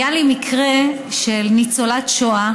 היה לי מקרה של ניצולת שואה